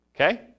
Okay